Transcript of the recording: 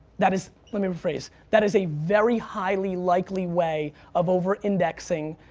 that is, let me rephrase, that is a very highly likely way of over indexing.